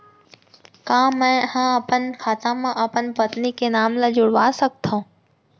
का मैं ह अपन खाता म अपन पत्नी के नाम ला जुड़वा सकथव?